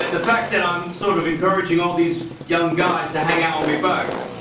and the fact that i'm sort of encouraging all these young guys to hang out on me boat.